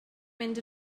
mynd